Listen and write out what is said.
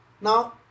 Now